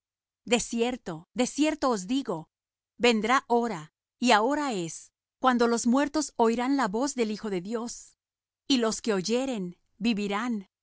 de cierto os digo vendrá hora y ahora es cuando los muertos oirán la voz del hijo de dios y los que oyeren vivirán